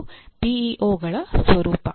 ಅದು ಪಿಇಒಗಳ ಸ್ವರೂಪ